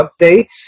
updates